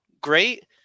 Great